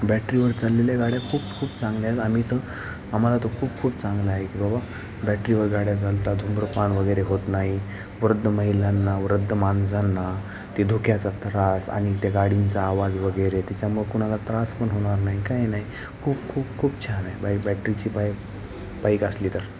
बॅटरीवर चाललेल्या गाड्या खूप खूप चांगल्या आहेत आम्ही तर आम्हाला तर खूप खूप चांगला आहे की बाबा बॅटरीवर गाड्या चालतात धूम्रपानवगैरे होत नाही वृद्ध महिलांना वृद्ध माणसांना ते धुक्याचा त्रास आणि त्या गाडीचा आवाजवगैरे तिच्यामुळे क कोणाला त्रासपण होणार नाही काही नाही खूप खूप खूप छान आहे बाई बॅटरीची बायक बाईक असली तर